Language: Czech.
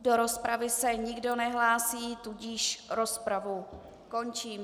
Do rozpravy se nikdo nehlásí, tudíž rozpravu končím.